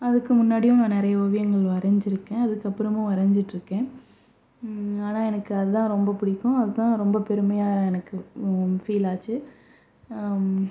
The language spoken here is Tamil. அதுக்கு முன்னாடியும் நான் நிறைய ஓவியங்கள் வரைஞ்சிருக்கேன் அதுக்கு அப்புறமும் வரைஞ்சுகிட்ருக்கேன் ஆனால் எனக்கு அதுதான் ரொம்ப பிடிக்கும் அதுதான் ரொம்ப பெருமையாக எனக்கு ஃபீல் ஆச்சு